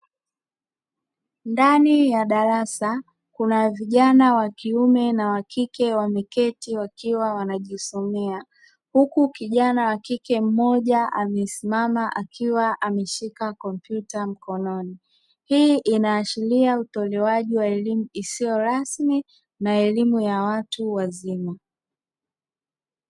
Ndani ya darasa kuna vijana wa kiume na wa kike wameketi wakiwa wanajisomea huku kijana wa kike mmoja amesimama akiwa ameshika kompyuta mkononi, hii inaashiria utolewaji wa elimu isiyo rasmi na elimu ya watu wazima.